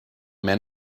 men